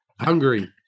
Hungry